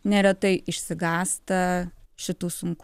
neretai išsigąsta šitų sunku